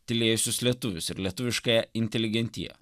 tylėjusius lietuvius ir lietuviškąją inteligentiją